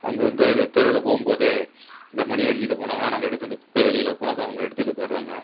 அவங்க வந்து தெருவில் போகும்போதே இந்த மணி அடித்திட்டே போனாங்கன்னால் நாங்கள் எடுத்து அந்த குப்பையை வெளியில் வைப்போம் அதை அவங்க எடுத்துட்டு போயிடுறாங்க